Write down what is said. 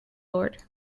lord